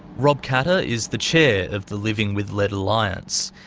rob katter is the chair of the living with lead alliance.